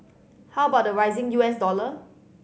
how about the rising U S dollar